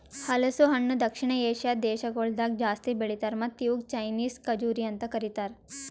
ಹಲಸು ಹಣ್ಣ ದಕ್ಷಿಣ ಏಷ್ಯಾದ್ ದೇಶಗೊಳ್ದಾಗ್ ಜಾಸ್ತಿ ಬೆಳಿತಾರ್ ಮತ್ತ ಇವುಕ್ ಚೈನೀಸ್ ಖಜುರಿ ಅಂತ್ ಕರಿತಾರ್